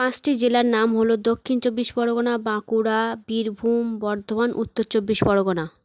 পাঁচটি জেলার নাম হলো দক্ষিণ চব্বিশ পরগনা বাঁকুড়া বীরভূম বর্ধমান উত্তর চব্বিশ পরগনা